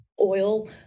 oil